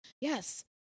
yes